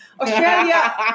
Australia